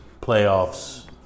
playoffs